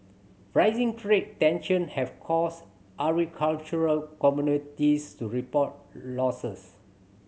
rising trade tension have caused agricultural commodities to report losses